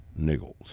Niggles